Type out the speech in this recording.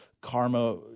karma